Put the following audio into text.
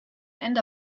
end